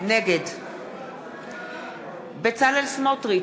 נגד בצלאל סמוטריץ,